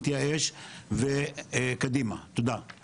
להמשיך למתג את הישובים הבדואיים בצפון במוצרים ספציפיים.